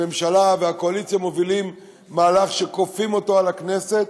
הממשלה והקואליציה מובילות מהלך שכופים אותו על הכנסת,